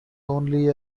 only